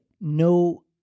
no